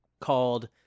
called